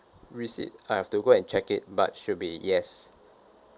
receipt I have to go and check it but should be yes